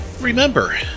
Remember